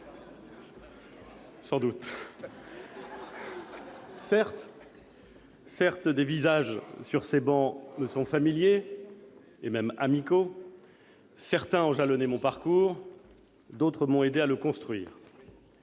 Sans doute ... Certes, des visages sur ces travées me sont familiers et même amicaux. Certains ont jalonné mon parcours, d'autres m'ont aidé à le construire.